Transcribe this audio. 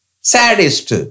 saddest